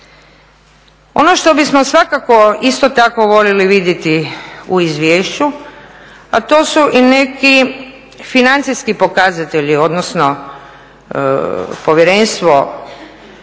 Ono što bismo svakako isto tako volili vidjeti u izvješću a to su i neki financijski pokazatelji, odnosno Povjerenstvo